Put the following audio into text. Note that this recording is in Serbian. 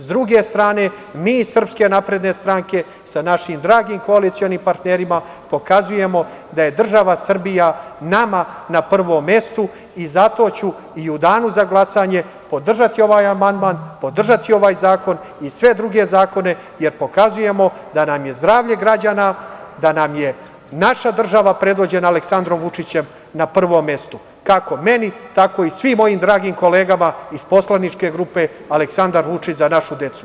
S druge strane mi iz SNS sa našim dragim koalicionim partnerima pokazujemo da je država Srbija nama na prvom mestu i zato ću i u danu za glasanje podržati ovaj amandman, podržati ovaj zakon i sve druge zakone, jer pokazujemo da nam je zdravlje građana, da nam je naša država predvođena Aleksandrom Vučićem na prvom mestu, kako meni, tako i svim mojim dragim kolegama iz Poslaničke grupe Aleksandar Vučić – Za našu decu.